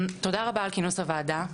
תודה רבה על כינוס הוועדה,